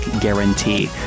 guarantee